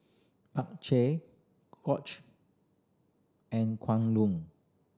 and Kwan Loong